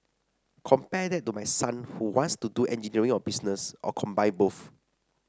compare that to my son who wants to do engineering or business or combine both